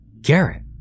Garrett